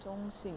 忠心